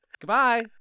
Goodbye